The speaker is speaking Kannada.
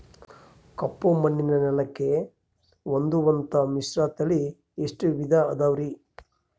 ಕಪ್ಪುಮಣ್ಣಿನ ನೆಲಕ್ಕೆ ಹೊಂದುವಂಥ ಮಿಶ್ರತಳಿ ಎಷ್ಟು ವಿಧ ಅದವರಿ?